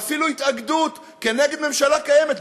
ואפילו התאגדות כנגד ממשלה קיימת,